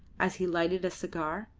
as he lighted a cigar.